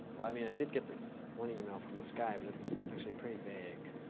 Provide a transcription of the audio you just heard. well, i mean i did get this one email from this guy, but it's actually pretty vague.